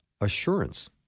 assurance